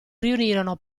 riunirono